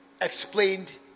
explained